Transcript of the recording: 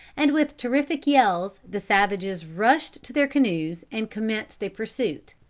and with terrific yells the savages rushed to their canoes and commenced a pursuit.